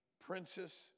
princess